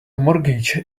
mortgage